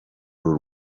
uru